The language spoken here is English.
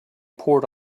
poured